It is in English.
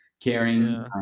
caring